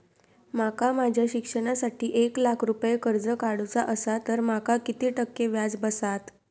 माका माझ्या शिक्षणासाठी एक लाख रुपये कर्ज काढू चा असा तर माका किती टक्के व्याज बसात?